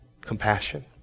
compassion